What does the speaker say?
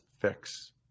fix